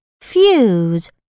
fuse